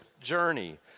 journey